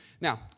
Now